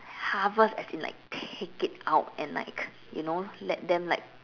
harvest as in like take it out and like you know let them like